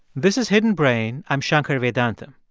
this is hidden brain. i'm shankar vedantam.